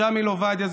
ג'מיל עובדיה,